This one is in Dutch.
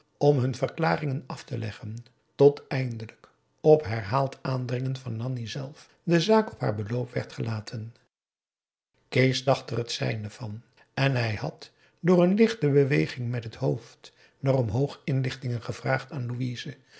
om hun verklaringen af te leggen tot eindelijk op herhaald aandringen van nanni zelf de zaak op haar beloop werd gelaten kees dacht er het zijne van en hij had door een lichte beweging met het hoofd naar omhoog inlichtingen gevraagd aan louise